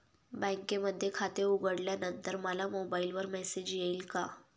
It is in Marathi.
बँकेमध्ये खाते उघडल्यानंतर मला मोबाईलवर मेसेज येईल का?